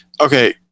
Okay